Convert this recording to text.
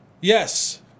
Yes